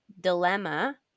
dilemma